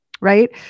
right